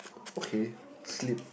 okay sleep